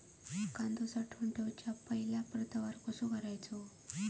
कांदो साठवून ठेवुच्या पहिला प्रतवार कसो करायचा?